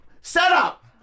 setup